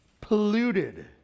polluted